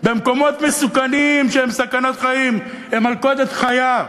במקומות מסוכנים שהם סכנת חיים, הם מלכודת חיה.